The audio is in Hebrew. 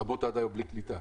רמות עד היום בלי קליטה.